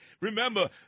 Remember